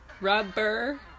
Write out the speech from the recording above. Rubber